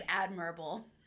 admirable